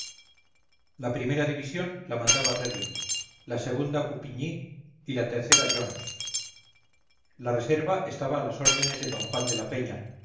la primera división la mandaba reding la segunda coupigny y la tercera jones la reserva estaba a las órdenes de d juan de la peña